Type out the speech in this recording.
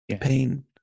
pain